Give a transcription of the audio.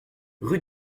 rue